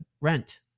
Rent